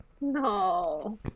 No